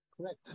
Correct